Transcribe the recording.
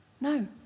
No